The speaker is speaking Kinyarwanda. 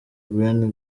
brian